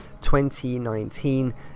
2019